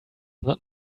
not